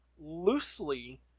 loosely